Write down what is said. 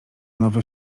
nowy